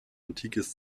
antikes